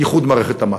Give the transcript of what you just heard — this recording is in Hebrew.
איחוד מערכת המס.